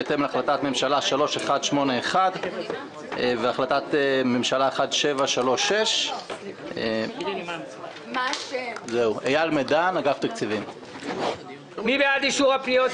בהתאם להחלטת ממשלה 3181 והחלטת ממשלה 1736. מי בעד אישור הפניות,